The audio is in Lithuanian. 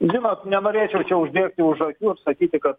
žinot nenorėčiau čia užbėgti už akių ir sakyti kad